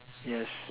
yes